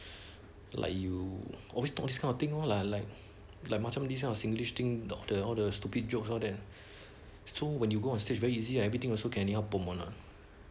like you always talk this kind of thing lah like like macam this kind of singlish thing talk the stupid jokes all that so when you go on stage very easy and everything also can any how bomb one ah